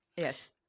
Yes